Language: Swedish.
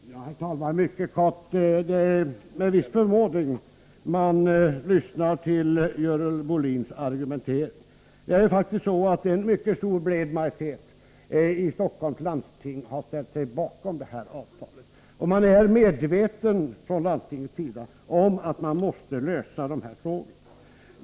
Herr talman! Mycket kort: Det är med viss förvåning man lyssnar till Görel Bohlins argumentering. Det är faktiskt så att en mycket stor och bred majoritet i Stockholms läns landsting har ställt sig bakom avtalet. Man är från landstingets sida medveten om att man måste lösa dessa problem.